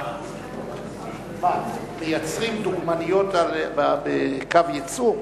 מייצרים דוגמניות בקו ייצור?